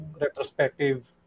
retrospective